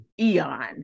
eon